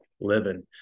living